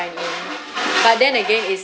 but then again it